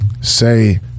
say